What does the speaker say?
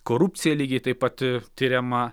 korupcija lygiai taip pat tiriama